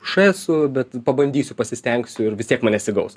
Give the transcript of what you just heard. š esu bet pabandysiu pasistengsiu ir vis tiek man nesigaus